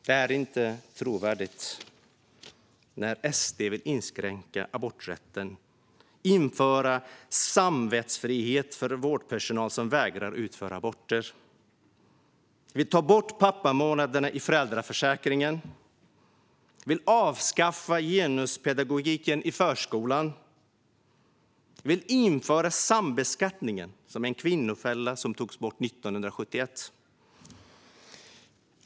Det är inte trovärdigt när SD vill inskränka aborträtten och införa samvetsfrihet för vårdpersonal som vägrar att utföra aborter. SD vill ta bort pappamånaderna i föräldraförsäkringen, vill avskaffa genuspedagogiken i förskolan samt införa sambeskattning - en kvinnofälla som togs bort 1971.